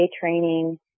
training